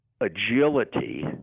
agility